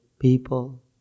people